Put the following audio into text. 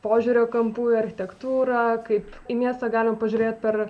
požiūrio kampų į architektūrą kaip į miestą galima pažiūrėt per